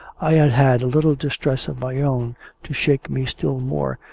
i had had a little distress of my own to shake me still more,